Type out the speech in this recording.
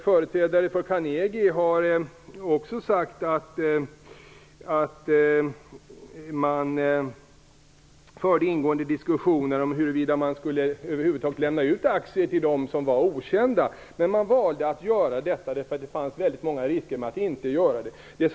Företrädare för Carnegie har också sagt att man förde ingående diskussioner med Näringsutskottet om huruvida man över huvud taget skulle lämna ut aktier till dem som var okända. Man valde dock att göra det, eftersom det fanns väldigt många risker med att inte göra det.